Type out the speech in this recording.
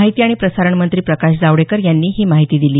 माहिती आणि प्रसारण मंत्री प्रकाश जावडेकर यांनी ही माहिती दिली